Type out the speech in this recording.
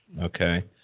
Okay